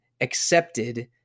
accepted